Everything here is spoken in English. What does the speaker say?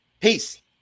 Peace